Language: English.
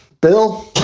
bill